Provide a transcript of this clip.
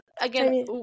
again